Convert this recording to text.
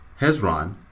Hezron